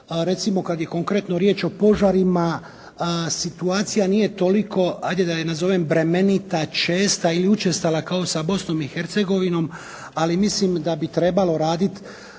recimo kad je konkretno riječ o požarima situacija nije toliko hajde da je nazovem bremenita, česta ili učestala kao sa Bosnom i Hercegovinom. Ali mislim da bi trebalo raditi